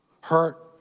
hurt